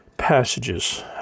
passages